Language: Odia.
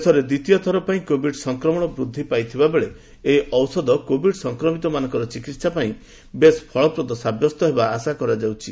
ଦେଶରେ ଦ୍ୱିତୀୟଥର ପାଇଁ କୋଭିଡ୍ ସଂକ୍ରମଣ ବୃଦ୍ଧି ପାଇଥିବା ବେଳେ ଏହି ଔଷଧ କୋଭିଡ୍ ସଂକ୍ରମିତମାନଙ୍କ ଚିକିତ୍ସା ପାଇଁ ବେଶ୍ ଫଳପ୍ରଦ ସାବ୍ୟସ୍ତ ହେବାର ଆଶା କରାଯାଉଛି